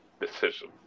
decision